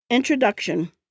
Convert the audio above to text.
Introduction